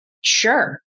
sure